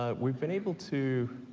ah we've been able to